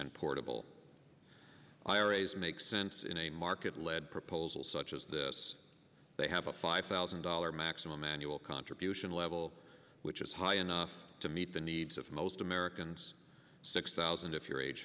and portable iras makes sense in a market led proposal such as this they have a five thousand dollars maximum annual contribution level which is high enough to meet the needs of most americans six thousand if you're age